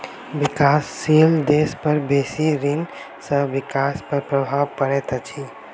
विकासशील देश पर बेसी ऋण सॅ विकास पर प्रभाव पड़ैत अछि